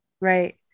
Right